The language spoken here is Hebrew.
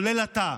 כולל אתה,